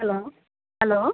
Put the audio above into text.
hello hello